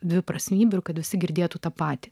dviprasmybių kad visi girdėtų tą patį